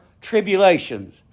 tribulations